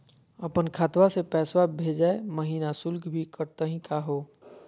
अपन खतवा से पैसवा भेजै महिना शुल्क भी कटतही का हो?